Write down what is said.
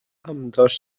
ambdós